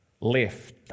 left